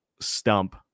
stump